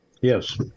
Yes